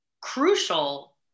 crucial